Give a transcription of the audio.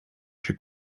się